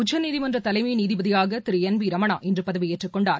உச்சநீதிமன்றதலைமைநீதிபதியாகதிருஎன் விரமணா இன்றுபதவியேற்றுக் கொண்டார்